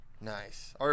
Nice